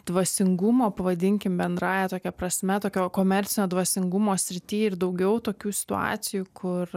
dvasingumo pavadinkim bendrąja tokia prasme tokio komercinio dvasingumo srity ir daugiau tokių situacijų kur